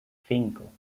cinco